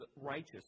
righteous